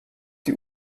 die